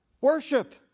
Worship